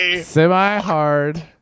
semi-hard